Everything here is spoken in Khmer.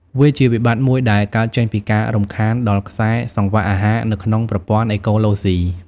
វាជាវិបត្តិមួយដែលកើតចេញពីការរំខានដល់ខ្សែសង្វាក់អាហារនៅក្នុងប្រព័ន្ធអេកូឡូស៊ី។